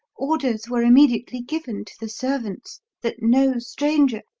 orders were immediately given to the servants that no stranger,